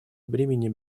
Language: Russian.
бремени